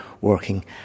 working